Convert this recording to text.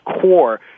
core